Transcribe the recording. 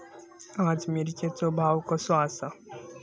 आज मिरचेचो भाव कसो आसा?